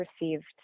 received